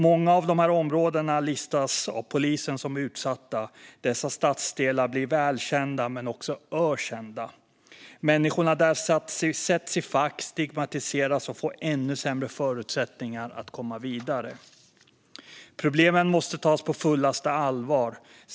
Många av dessa områden listas av polisen som utsatta. Dessa stadsdelar blir välkända men också ökända. Människorna där sätts i fack, stigmatiseras och får ännu sämre förutsättningar att komma vidare. Problemen måste tas på fullaste allvar.